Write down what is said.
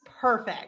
perfect